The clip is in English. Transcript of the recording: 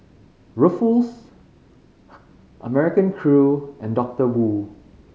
Ruffles American Crew and Doctor Wu